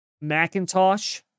Macintosh